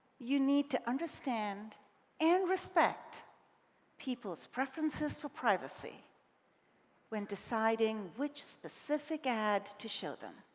you need to understand and respect people's preferences for privacy when deciding which specific ad to show them.